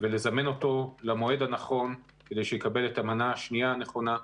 ולזמן אותו למועד הנכון כדי שיקבל את המנה השנייה הנכונה.